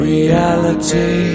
Reality